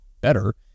better